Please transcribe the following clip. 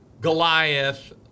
Goliath